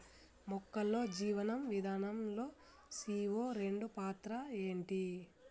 మొక్కల్లో జీవనం విధానం లో సీ.ఓ రెండు పాత్ర ఏంటి?